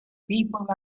people